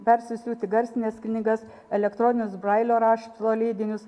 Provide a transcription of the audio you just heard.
persisiūti garsines knygas elektroninius brailio rašto leidinius